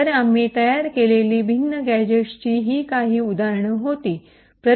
तर आम्ही तयार केलेली भिन्न गॅझेटची ही काही उदाहरणे होती